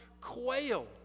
quail